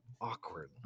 awkward